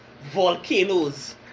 volcanoes